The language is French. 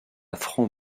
franc